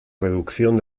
reducción